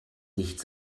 nichts